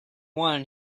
one